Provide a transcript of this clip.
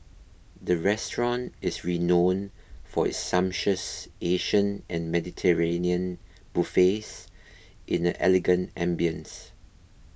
the restaurant is renowned for its sumptuous Asian and Mediterranean buffets in an elegant ambience